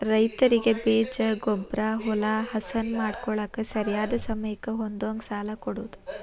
ರೈತರಿಗೆ ಬೇಜ, ಗೊಬ್ಬ್ರಾ, ಹೊಲಾ ಹಸನ ಮಾಡ್ಕೋಳಾಕ ಸರಿಯಾದ ಸಮಯಕ್ಕ ಹೊಂದುಹಂಗ ಸಾಲಾ ಕೊಡುದ